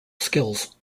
skills